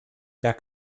berg